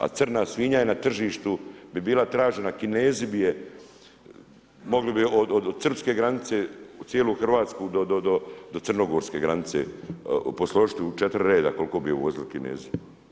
A crna svinja je na tržištu bi bila tražena, Kinezi bi je, mogli bi je od srpske granice cijelu Hrvatsku do crnogorske granice posložiti u 4 reda koliko bi je uvozili Kinezi.